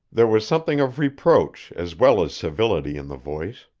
there was something of reproach as well as civility in the voice.